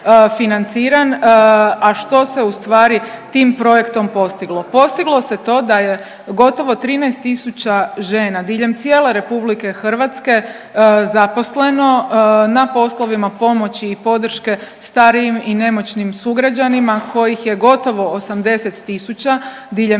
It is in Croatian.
A što se u stvari tim projektom postiglo? Postiglo se to da je gotovo 13000 žena diljem cijele Republike Hrvatske zaposleno na poslovima pomoći i podrške starijim i nemoćnim sugrađanima kojih je gotovo 80000 diljem